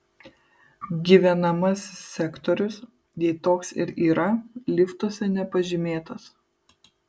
gyvenamasis sektorius jei toks ir yra liftuose nepažymėtas